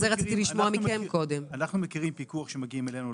מגיעים אליהם.